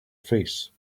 face